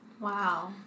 Wow